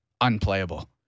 unplayable